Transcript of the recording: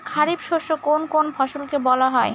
খারিফ শস্য কোন কোন ফসলকে বলা হয়?